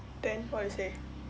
then what you say